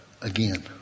again